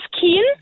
Keen